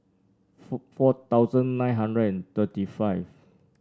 four thousand nine hundred and thirty five